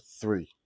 three